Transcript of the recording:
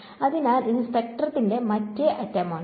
അതിനാൽ ഇത് സ്പെക്ട്രത്തിന്റെ മറ്റേ അറ്റമാണ്